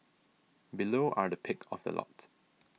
below are the pick of the lot